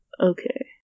Okay